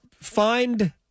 find